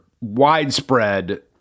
widespread